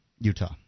Utah